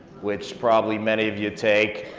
which probably many of you take,